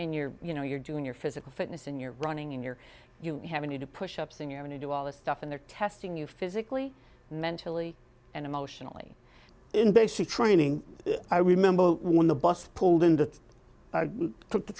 and you're you know you're doing your physical fitness and you're running in your you have a need to push up thing you're going to do all this stuff and they're testing you physically mentally and emotionally in basic training i remember when the bus pulled in that took the